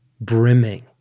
brimming